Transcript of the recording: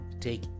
take